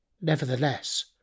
Nevertheless